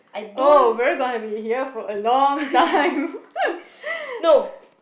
oh we're gonna be here for a long time